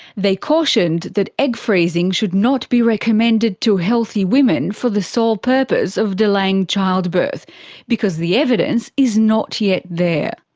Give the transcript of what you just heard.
they cautioned that egg freezing should not be recommended to healthy women for the sole purpose of delaying childbirth because the evidence is not yet there.